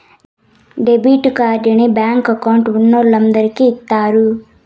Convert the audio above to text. debit కార్డుని bank account ఉన్నోలందరికి ఇత్తారు